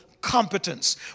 competence